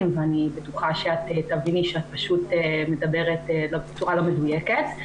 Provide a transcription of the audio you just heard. ואני בטוחה שתביני שאת פשוט מדברת בצורה לא מדויקת.